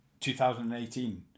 2018